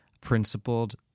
principled